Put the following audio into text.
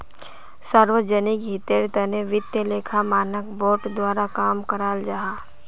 सार्वजनिक हीतेर तने वित्तिय लेखा मानक बोर्ड द्वारा काम कराल जाहा